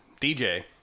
DJ